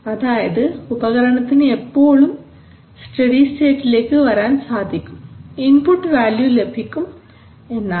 അതായത് ഉപകരണത്തിന് എപ്പോഴും സ്റ്റഡി സ്റ്റേറ്റിലേക്ക് വരാൻ സാധിക്കും ഇൻപുട്ട് വാല്യൂ ലഭിക്കും എന്നാണ്